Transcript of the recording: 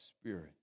spirit